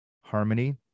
harmony